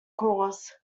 cause